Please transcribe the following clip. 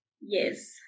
Yes